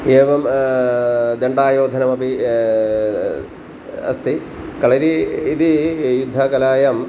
एवं दण्डायोधनमपि अस्ति कळरि इति युद्धकलायाम्